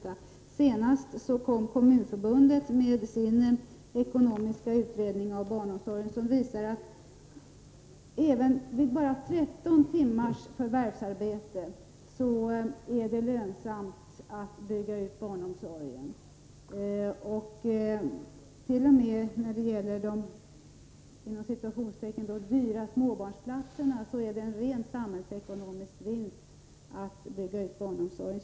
Nu senast kom Kommunförbundet med sin ekonomiska utredning av barnomsorgen, som visar att redan vid 13 timmars förvärvsarbete är det lönsamt att bygga ut barnomsorgen, och t.o.m. när det gäller de ”dyra” småbarnsplatserna är det en ren samhällsekonomisk vinst att bygga ut barnomsorgen.